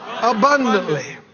Abundantly